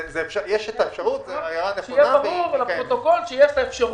שיהיה ברור לפרוטוקול שיש האפשרות,